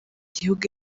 igihugu